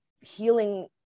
healing